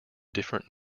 different